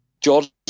George